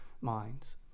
minds